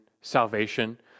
salvation